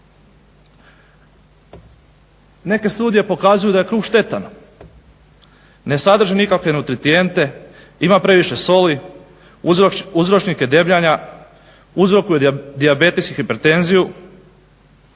Neke studije pokazuju da je kruh štetan, ne sadrži nikakve nutritijente, ima previše soli, uzročnik je debljanja, uzrokuje dijabetes i hipertenziju.